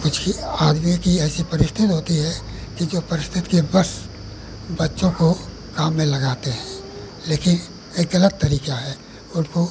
कुछ ही आदमियों की ऐसी परिस्थित होती है कि जो परिस्थिति के वश बच्चों को काम में लगाते हैं लेकिन यह गलत तरीका है और वह